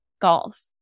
golf